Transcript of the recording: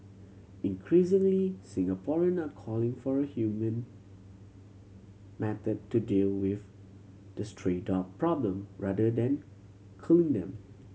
increasingly Singaporean are calling for a humane method to deal with the stray dog problem rather than culling them